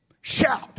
shout